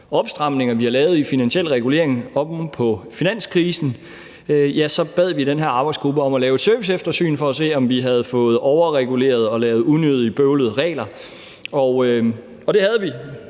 opstramninger, vi har lavet i finansiel regulering oven på finanskrisen – at lave et serviceeftersyn for at se, om vi havde fået overreguleret og lavet unødigt bøvlede regler, og det havde vi.